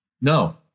No